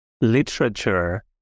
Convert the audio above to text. literature